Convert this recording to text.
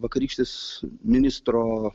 vakarykštis ministro